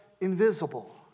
invisible